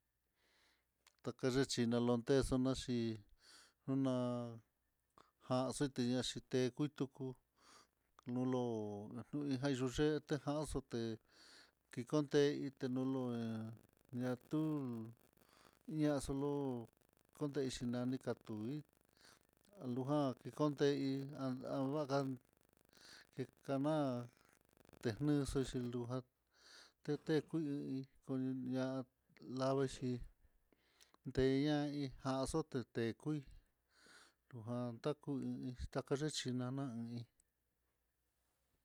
Tokolanxhi nañotexo xhi nuná, já xeteña xhite uu tuku nulo'ó nulojan nox ejanxe kikonte ité nolo há ña tul, ñaxolo kuexhi nani katuí alojan kekunteí, ha havajan a'á tenaxhi x jan tete kui'í kola lavixhi ndeña jaxoté tekuii lujan takui takaxhi nanaí.